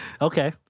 Okay